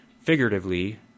figuratively